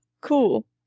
cool